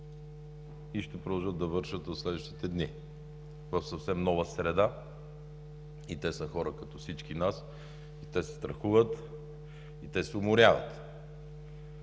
и ще продължат да вършат в следващите дни в съвсем нова среда. И те са хора като всички нас, и те се страхуват, и те се уморяват.